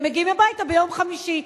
והם מגיעים הביתה ביום חמישי.